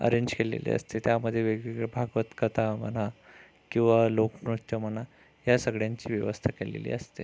arrange केलेले असते त्यामध्ये वेगवेगळे भागवत कथा म्हणा किंवा लोकनृत्य म्हणा या सगळ्यांची व्यवस्था केलेली असते